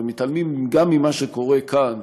ומתעלמים גם ממה שקורה כאן,